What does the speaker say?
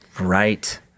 Right